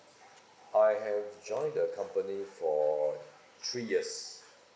I have joined the company for three years